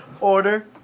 order